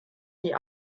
die